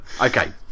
okay